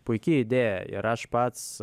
puiki idėja ir aš pats